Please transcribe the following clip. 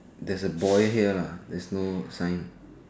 there's a boy here lah there's no sign